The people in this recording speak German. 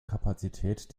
kapazität